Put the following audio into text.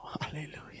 Hallelujah